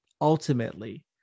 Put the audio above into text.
ultimately